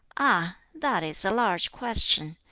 ah! that is a large question.